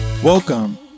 Welcome